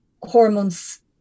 hormones